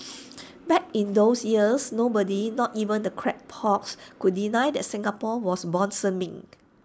back in those years nobody not even the crackpots could deny that Singapore was blossoming